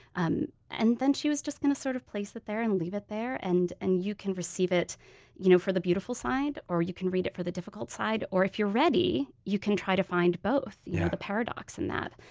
um and then, she was just going to sort of place it there and leave it there, and and you can receive it you know for the beautiful side, or you can read it for the difficult side. or if you're ready, you can try to find both, yeah the paradox in that,